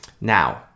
Now